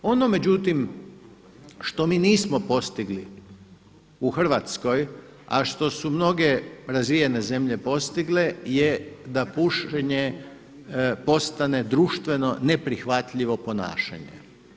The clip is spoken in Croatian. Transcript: Ono međutim što mi nismo postigli u Hrvatskoj, a što su mnoge razvijene zemlje postigle je da pušenje postane društveno neprihvatljivo ponašanje.